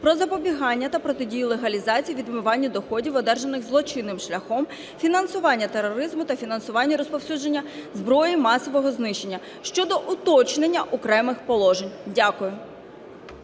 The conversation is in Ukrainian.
"Про запобігання та протидію легалізації (відмиванню) доходів, одержаних злочинним шляхом, фінансуванню тероризму та фінансуванню розповсюдження зброї масового знищення" щодо уточнення окремих положень. Дякую.